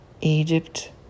Egypt